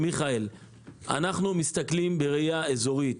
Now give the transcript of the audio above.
אנחנו מסתכלים בראייה אזורית.